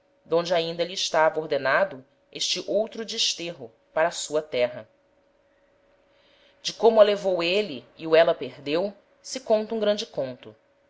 d'onde ainda lhe estava ordenado este outro desterro para a sua terra de como a levou êle e o éla perdeu se conta um grande conto